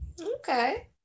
okay